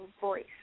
voice